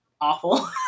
awful